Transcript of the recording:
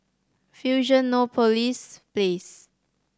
Fusionopolis Place